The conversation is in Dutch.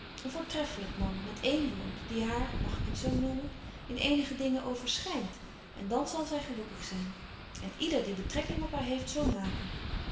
voortreffelyk man met één woord die haar mag ik het zo noemen in eenige dingen overschynt en dan zal zy gelukkig zyn en yder die betrekking op haar heeft zo maken